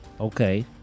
Okay